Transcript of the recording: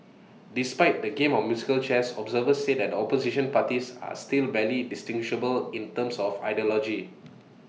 despite the game of musical chairs observers say the opposition parties are still barely distinguishable in terms of ideology